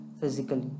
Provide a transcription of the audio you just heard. physically